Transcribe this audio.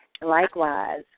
likewise